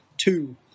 two